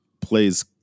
plays